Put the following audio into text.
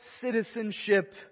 citizenship